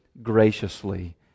graciously